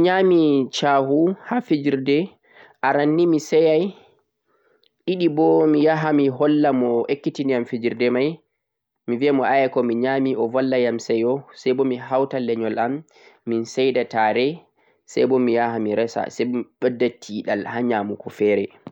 Tomi nyami shahu ha fijirde, aran nii mi seyai, ɗiɗi bo miyaha mi holla mo ekkitini'am fijirde mai mi viyamo aya ko mi nyami o valla'am seyo saibo mi hauta lenyol am min seida tare saibo miyaha mi resa bo mi ɓedda teeɗal fere.